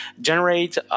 generate